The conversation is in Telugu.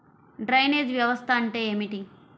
డ్రైనేజ్ వ్యవస్థ అంటే ఏమిటి?